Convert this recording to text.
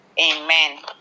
Amen